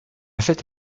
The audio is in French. cette